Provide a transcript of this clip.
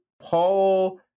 Paul